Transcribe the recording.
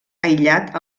aïllat